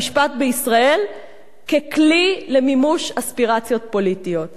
בישראל ככלי למימוש אספירציות פוליטיות,